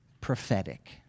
prophetic